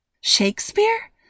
Shakespeare